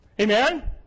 Amen